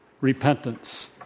repentance